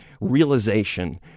realization